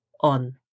on